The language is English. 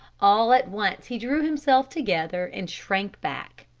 all at once he drew himself together and shrank back.